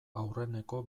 aurreneko